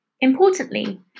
importantly